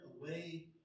away